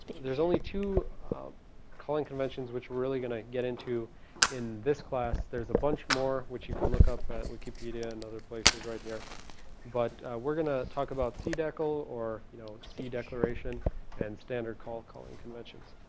there's only two calling conventions which really going to get into in this class there's a bunch more which you can look up at wikipedia and other places right here but we're gonna talk about cdecl or you know c declaration and standard call calling conventions.